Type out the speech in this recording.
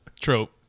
trope